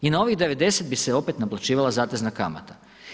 I na ovih 90 bi se opet naplaćivala zatezna kamata.